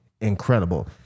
incredible